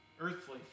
earthly